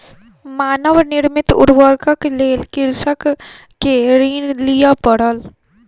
मानव निर्मित उर्वरकक लेल कृषक के ऋण लिअ पड़ल